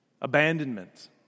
abandonment